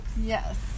Yes